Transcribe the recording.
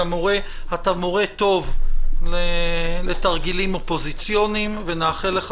אתה מורה טוב לתרגילים אופוזיציוניים ונאחל לך